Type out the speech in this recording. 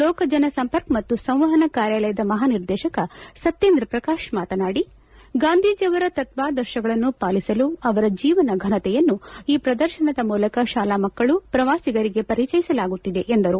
ಲೋಕಜನ ಸಂಪರ್ಕ ಮತ್ತು ಸಂವಹನ ಕಾರ್ಯಾಲಯದ ಮಹಾನಿರ್ದೇಶಕ ಸತ್ಯೇಂದ್ರ ಪ್ರಕಾಶ್ ಮಾತನಾಡಿ ಗಾಂಧೀಜಿ ಅವರ ತತ್ವಾದರ್ಶಗಳನ್ನು ಪಾಲಿಸಲು ಅವರ ಜೀವನ ಫನತೆಯನ್ನು ಈ ಪ್ರದರ್ತನದ ಮೂಲಕ ಶಾಲಾ ಮಕ್ಕಳು ಪ್ರವಾಸಿಗರಿಗೆ ಪರಿಚಯಿಸಲಾಗುತ್ತಿದೆ ಎಂದರು